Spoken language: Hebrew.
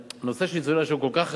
הנושא של ניצולי השואה כל כך רגיש,